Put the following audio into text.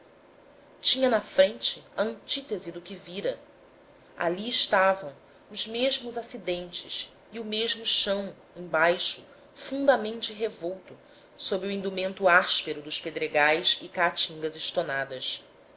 tinha na frente a antítese do que vira ali estavam os mesmos acidentes e o mesmo chão embaixo fundamente revolto sob o indumento áspero dos pedregais e caatingas estonadas